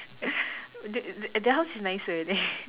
their their house is nicer